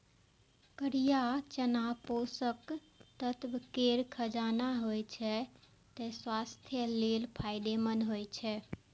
करिया चना पोषक तत्व केर खजाना होइ छै, तें स्वास्थ्य लेल फायदेमंद होइ छै